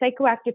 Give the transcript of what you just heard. psychoactive